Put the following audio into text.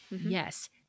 Yes